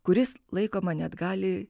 kuris laikoma net gali